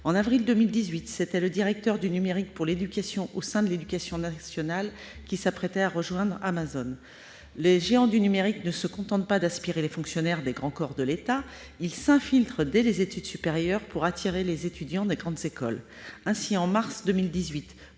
En avril 2018, c'était le directeur du numérique pour l'éducation au sein de l'éducation nationale qui s'apprêtait à rejoindre Amazon. Les géants du numérique ne se contentent pas d'aspirer les fonctionnaires des grands corps de l'État ; ils s'infiltrent dès les études supérieures pour attirer les étudiants des grandes écoles. Ainsi, en mars 2018,